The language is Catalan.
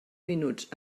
minuts